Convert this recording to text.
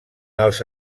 els